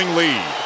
lead